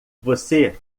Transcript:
você